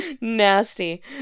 Nasty